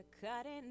cutting